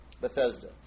Bethesda